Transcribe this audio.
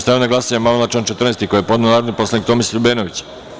Stavljam na glasanje amandman na član 14. koji je podneo narodni poslanik Tomislav Ljubenović.